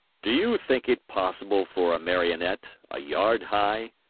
do you think it possible for a marionette, a yard high,